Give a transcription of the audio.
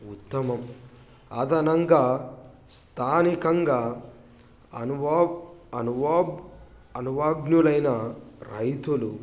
ఉత్తమం అదనంగా స్థానికంగా అనువాబ్ అనువాబ్ అనుభవజ్ఞులైన రైతులు